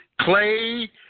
Clay